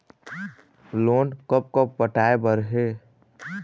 Loan कब कब पटाए बर हे?